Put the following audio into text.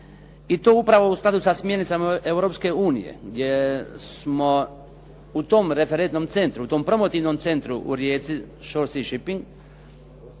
i to upravo u skladu sa smjernicama Europske unije gdje smo u tom referentnom centru, u tom promotivnom centru u Rijeci "Sort Sea Shipping",